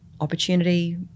opportunity